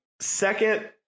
Second